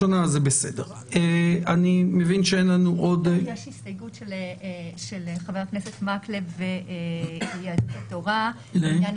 יש הסתייגות של חבר הכנסת מקלב ויהדות התורה לעניין